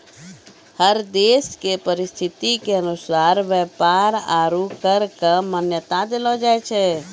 हर देश के परिस्थिति के अनुसार व्यापार आरू कर क मान्यता देलो जाय छै